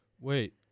Wait